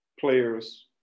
players